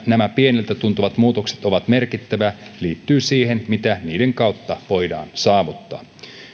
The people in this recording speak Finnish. nämä pieniltä tuntuvat muutokset ovat merkittäviä liittyy siihen mitä niiden kautta voidaan saavuttaa